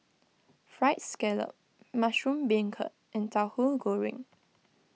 Fried Scallop Mushroom Beancurd and Tauhu Goreng